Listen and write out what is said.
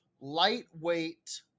Lightweight